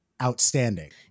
outstanding